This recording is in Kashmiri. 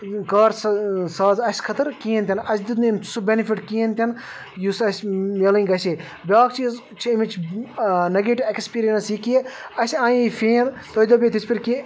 کار سا ساز اَسہِ خٲطر کِہیٖنۍ تہِ نہٕ اَسہِ دیُٚت نہٕ أمۍ سُہ بیٚنِفِٹ کِہیٖنۍ تہِ نہٕ یُس اَسہِ میلٕنۍ گژھِ بیٛاکھ چیٖز چھِ أمِچ نگیٹِو اٮ۪کٕسپیٖرینٛس یہِ کہِ اَسہِ آنے فین تُہۍ دٔپیو تِژ پھِر کہِ